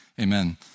Amen